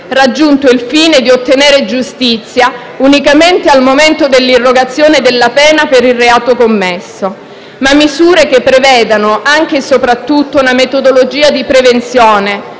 raggiunto il fine di ottenere giustizia unicamente al momento dell'irrogazione della pena per il reato commesso. Occorrerebbe pensare a misure che prevedano anche e soprattutto una metodologia di prevenzione,